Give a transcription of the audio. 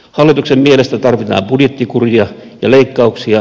hallituksen mielestä tarvitaan budjettikuria ja leikkauksia